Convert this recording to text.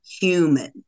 human